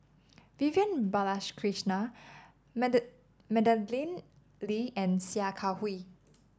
Vivian Balakrishnan Madeleine Lee and Sia Kah Hui